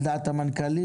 על דעת המנכ"לית?